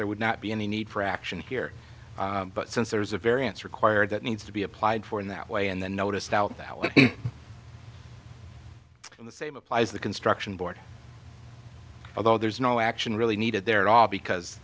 so would not be any need for action here but since there's a variance required that needs to be applied for in that way and then noticed out that way in the same applies the construction board although there's no action really needed there at all because